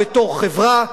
בתור חברה,